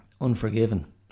Unforgiven